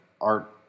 art